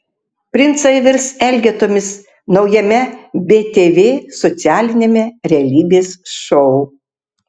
princai virs elgetomis naujame btv socialiniame realybės šou